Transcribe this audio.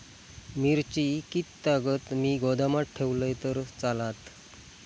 मिरची कीततागत मी गोदामात ठेवलंय तर चालात?